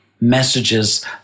Messages